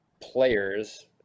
players